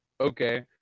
okay